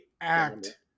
act